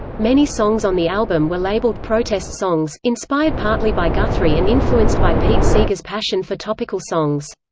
many songs on the album were labeled protest songs, inspired partly by guthrie and influenced by pete seeger's passion for topical songs.